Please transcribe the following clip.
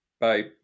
bye